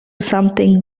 something